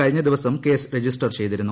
കഴിഞ്ഞ ദിവസം case register ചെയ്തിരുന്നു